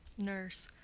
nurse.